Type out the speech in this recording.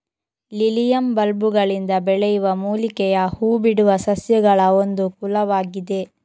lilium ಬಲ್ಬುಗಳಿಂದ ಬೆಳೆಯುವ ಮೂಲಿಕೆಯ ಹೂ ಬಿಡುವ ಸಸ್ಯಗಳಒಂದು ಕುಲವಾಗಿದೆ